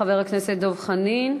חבר הכנסת דב חנין,